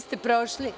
ste prošli.